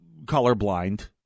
colorblind